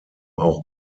auch